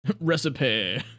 Recipe